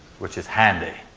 which is handy.